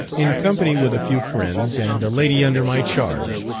in company with a few friends, and a lady under my charge,